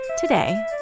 Today